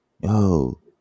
yo